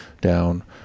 down